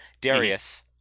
Darius